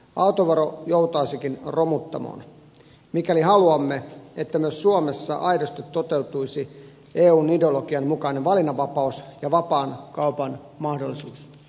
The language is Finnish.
autovero joutaisikin romuttamoon mikäli haluamme että myös suomessa aidosti toteutuisi eun ideologian mukainen valinnanvapaus ja vapaan kaupan mahdollisuus